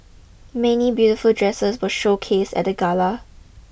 many beautiful dresses were showcased at the Gala